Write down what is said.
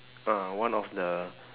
uh one of the